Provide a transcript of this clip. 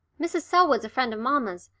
mrs. selwood's a friend of mamma's,